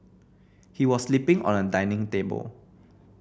he was sleeping on a dining table